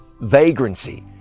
vagrancy